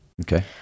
Okay